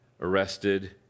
arrested